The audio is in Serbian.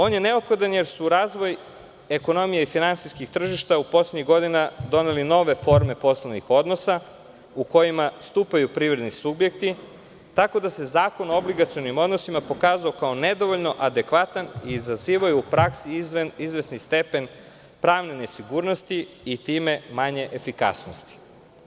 On je neophodan jer su razvoj ekonomije i finansijskih tržišta u poslednjim godinama doneli nove forme poslovnih odnosa, u kojima stupaju privredni subjekti, tako da se Zakon o obligacionim odnosima pokazao kao nedovoljno adekvatan i izazivao je u praksi izvesni stepen pravne nesigurnosti i time manje efikasnosti.